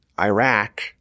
Iraq